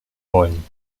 wollen